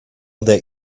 that